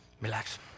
Relax